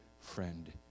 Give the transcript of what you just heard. friend